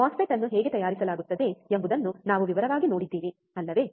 MOSFET ಅನ್ನು ಹೇಗೆ ತಯಾರಿಸಲಾಗುತ್ತದೆ ಎಂಬುದನ್ನು ನಾವು ವಿವರವಾಗಿ ನೋಡಿದ್ದೇವೆ ಅಲ್ಲವೇ